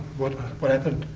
what what happened?